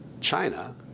China